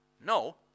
No